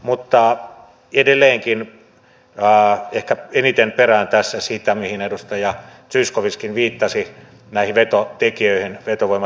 mutta edelleenkin ehkä eniten perään tässä sitä mihin edustaja zyskowiczkin viittasi näitä vetovoimatekijöitä